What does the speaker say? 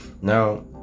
now